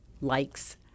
likes